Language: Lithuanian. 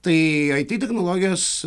tai it technologijos